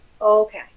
Okay